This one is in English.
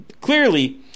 clearly